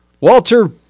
Walter